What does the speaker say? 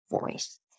voice